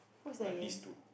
like this two